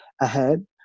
ahead